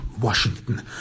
Washington